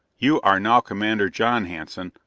you are now commander john hanson,